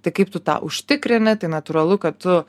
tai kaip tu tą užtikrini tai natūralu kad tu